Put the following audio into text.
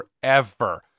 forever